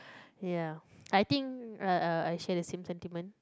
ya I think uh I share the same sentiment